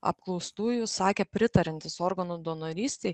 apklaustųjų sakė pritariantys organų donorystei